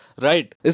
right